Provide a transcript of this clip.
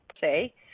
say